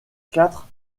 quatre